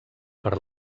per